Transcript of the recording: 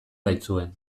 baitzuen